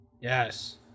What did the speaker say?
Yes